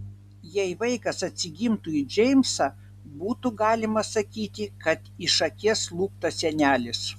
jei vaikas atsigimtų į džeimsą būtų galima sakyti kad iš akies luptas senelis